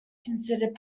considered